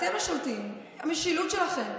אתם השולטים, המשילות שלכם.